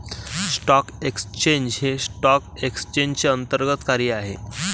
stock exchange हे stock एक्सचेंजचे अंतर्गत कार्य आहे